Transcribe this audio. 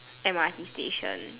M_R_T station